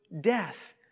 death